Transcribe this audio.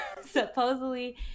Supposedly